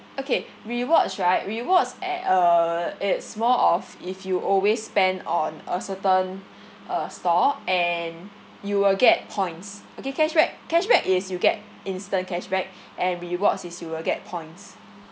okay rewards right rewards a uh it's more of if you always spend on a certain uh store and you will get points okay cashback cashback is you get instant cashback and rewards is you will get points